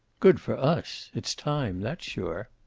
good for us. it's time, that's sure.